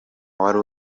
wari